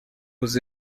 aux